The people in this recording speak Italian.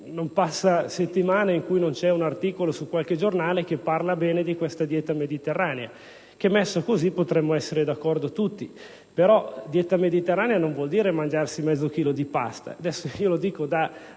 Non passa settimana in cui non esca un articolo su qualche giornale che parla bene di questa dieta; messa così, potremmo essere d'accordo tutti, però, dieta mediterranea non vuol dire mangiare mezzo chilo di pasta. Lo dico da